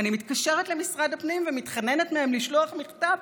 ואני מתקשרת למשרד הפנים ומתחננת לשלוח מכתב,